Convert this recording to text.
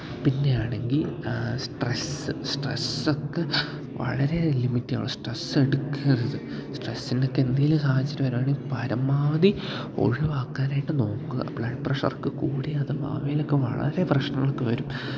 പിന്നെ ആണെങ്കിൽ സ്ട്രെസ്സ് സ്ട്രെസ്സൊക്കെ വളരെ ലിമിറ്റ് വേണം സ്ട്രെസ് എടുക്കരുത് സ്ട്രെസ്സിന്റെ ഒക്കെ എന്തെങ്കിലും സാഹചര്യം വരുവാണെങ്കിൽ പരമാവധി ഒഴിവാക്കാനായിട്ട് നോക്കുക ബ്ലഡ് പ്രഷറൊക്കെ കൂടി അത് ഭാവിയിലൊക്കെ വളരെ പ്രശ്നങ്ങളൊക്കെ വരും